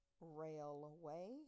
railway